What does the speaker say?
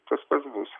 tas pats bus